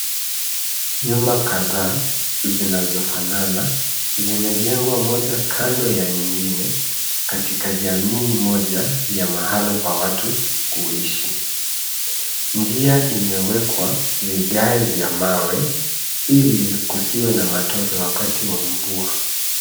Nyumba kadhaa zinazofanana zimejengwa moja kando ya nyingine katika jamii moja ya mahala pa watu kuishi. Njia imewekwa vigae vya mawe ili kusiwe na matope wakati wa mvua.